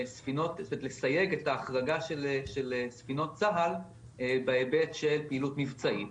לסייג את ההחרגה של ספינות צה"ל בהיבט של פעילות מבצעית,